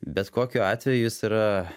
bet kokiu atveju jis yra